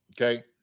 okay